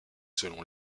selon